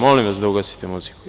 Molim vas da ugasite muziku.